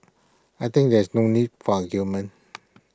I think there is no need for argument